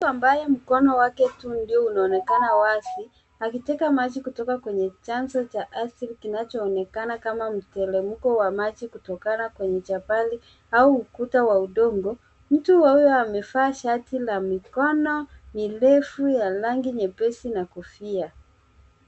Mtu ambaye mkono wake tu ndio inaonekana wazi akiteka maji kutoka kwenye chanzo cha ardhi kinachoonekana kama mteremko wa maji kutokana kwenye jabali au ukuta wa udongo. Mtu huyo amevaa shati la mikono mierefu yenye rangi nyepesi na kofia